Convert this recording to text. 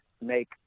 make